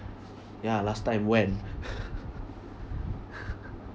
ya last time when